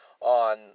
on